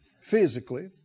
physically